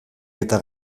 eta